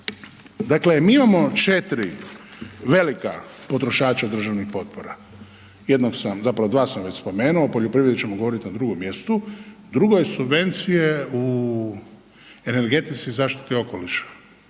dakle mi imamo 4 velika potrošača državnih potpora. Jednog sam, zapravo dva sam već spomenuo, o poljoprivredi ćemo govoriti na drugom mjestu, drugo je subvencije u energetici i zaštiti okoliša.